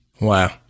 wow